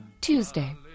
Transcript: Tuesday